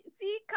See